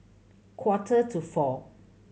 quarter to four